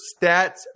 stats